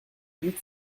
huit